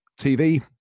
TV